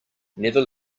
never